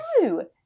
No